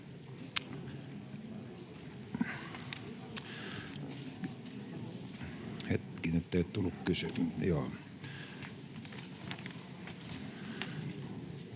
Kiitos,